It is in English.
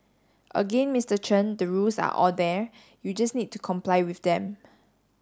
again Mister Chen the rules are all there you just need to comply with them